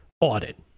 Audit